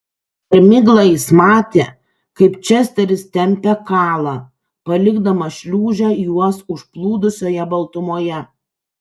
per miglą jis matė kaip česteris tempia kalą palikdamas šliūžę juos užplūdusioje baltumoje